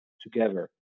together